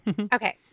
okay